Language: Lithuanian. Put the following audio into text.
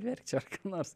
verkčiau ar ką nors